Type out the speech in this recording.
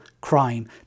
crime